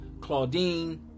claudine